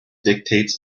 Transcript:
dictates